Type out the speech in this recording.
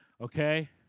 okay